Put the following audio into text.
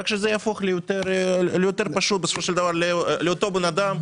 רק שזה יהפוך ליותר פשוט לאותו בן אדם,